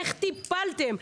איך טיפלתם,